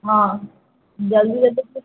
ହଁ ଜଲ୍ଦି ଜଲ୍ଦି